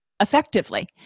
effectively